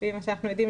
לפי מה שאנחנו יודעים,